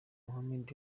mohamed